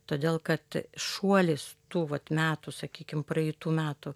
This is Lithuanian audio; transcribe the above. todėl kad šuolis tų vat metų sakykim praeitų metų